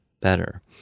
better